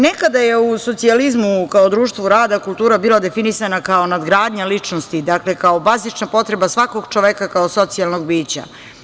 Nekada je u socijalizmu kao društvo rada kultura bila definisana kao nadogradnja ličnosti, kao bazična potreba svakog čoveka kao socijalnog bića.